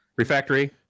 refactory